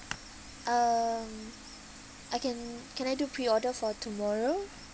um I can can I do pre-order for tomorrow